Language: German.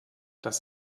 das